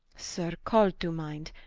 sir, call to minde,